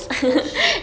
oh shit